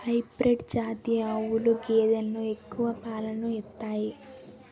hybrid జాతి ఆవులు గేదెలు ఎక్కువ పాలను ఇత్తాయి